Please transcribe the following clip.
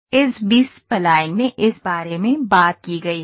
तो इस B spline में इस बारे में बात की गई है